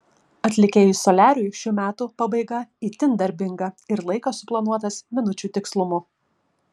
atlikėjui soliariui šių metų pabaiga itin darbinga ir laikas suplanuotas minučių tikslumu